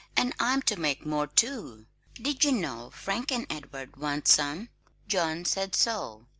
and i'm to make more, too did you know? frank and edward want some john said so.